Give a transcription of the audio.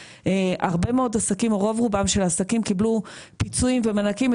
הרבה מאוד עסקים או רוב רובם של העסקים קיבלו פיצויים ומענקים,